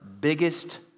biggest